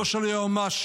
לא של היועמ"שית,